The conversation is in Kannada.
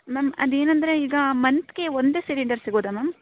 ಮ್ಯಾಮ್ ಅದೇನಂದರೆ ಈಗ ಮಂತ್ಗೆ ಒಂದೇ ಸಿಲಿಂಡರ್ ಸಿಗೋದಾ ಮ್ಯಾಮ್